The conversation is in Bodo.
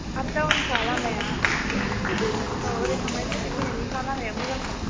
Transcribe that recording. आप दाउनखा लामाया औ ओरै थांनायनि ओरै फैनायनिखा लामाया मोजांखा